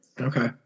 Okay